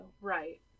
Right